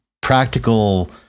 practical